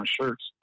shirts